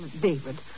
David